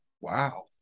Wow